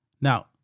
Now